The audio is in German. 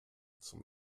zum